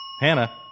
Hannah